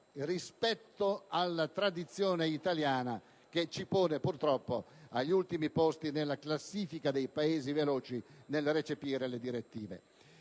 rispetto alla tradizione italiana, che ci pone purtroppo agli ultimi posti nella classifica dei Paesi quanto al recepimento delle direttive.